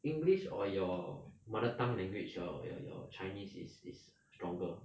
english or your mother tongue language your your your chinese is is stronger